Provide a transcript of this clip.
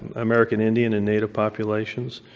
american indian and native populations.